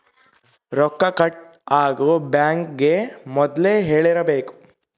ರೊಕ್ಕ ಕಟ್ ಆಗೋ ಬ್ಯಾಂಕ್ ಗೇ ಮೊದ್ಲೇ ಹೇಳಿರಬೇಕು